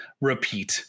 repeat